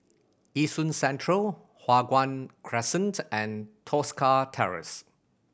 Yishun Central Hua Guan Crescent and Tosca Terrace